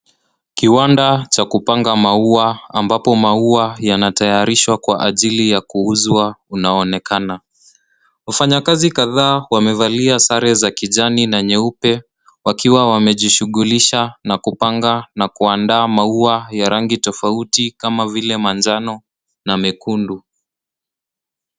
Kiwanda cha kupanga maua ambapo maua yanatayarishwa kwa ajili ya kuuzwa unaonekana. Wafanyakazi kadhaa wamevalia sare za kijani na nyeupe wakiwa wamejishughulisha na kupanga na kuandaa maua ya rangi tofauti kama vile manjano na mekundu.